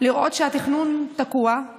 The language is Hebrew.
לראות שהתכנון תקוע,